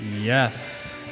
yes